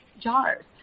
jars